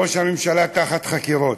אדוני: ראש הממשלה תחת חקירות.